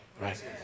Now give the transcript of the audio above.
right